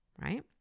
right